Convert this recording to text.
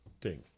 Ding